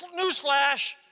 Newsflash